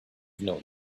known